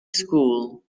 school